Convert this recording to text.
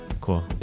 Cool